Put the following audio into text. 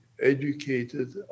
educated